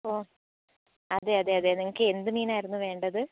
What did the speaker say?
hello അതെ അതെ അതെ നിങ്ങൾക്ക് എന്ത് മീൻ ആയിരുന്നു വേണ്ടത്